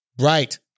right